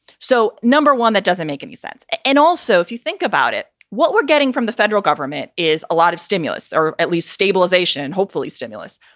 so no one that doesn't make any sense. and also, if you think about it, what we're getting from the federal government is a lot of stimulus or at least stabilization and hopefully stimulus.